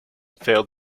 failed